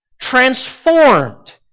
transformed